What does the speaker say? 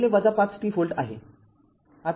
६ ५ t volt आहे